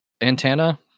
antenna